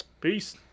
peace